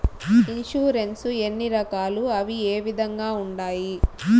insurance ఎన్ని రకాలు అవి ఏ విధంగా ఉండాయి